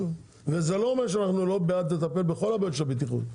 וזה לא אומר שאנחנו לא בעד לטפל בכל הבעיות של הבטיחות,